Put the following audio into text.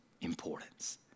importance